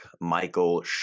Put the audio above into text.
Michael